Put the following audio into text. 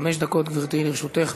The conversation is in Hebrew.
חמש דקות, גברתי, לרשותך.